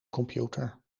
computer